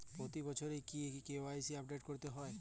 প্রতি বছরই কি কে.ওয়াই.সি আপডেট করতে হবে?